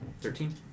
Thirteen